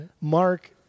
Mark